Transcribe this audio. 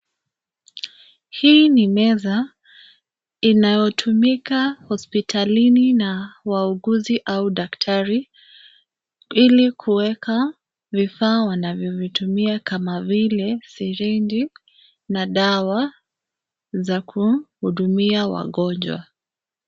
Hii ni meza inayotumika hospitalini na wauguzi au daktari, ili kuweka vifaa wanavyovitumia kama vile sirinji na dawa za kuwahudumia wagonjwa.